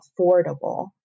affordable